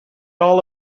all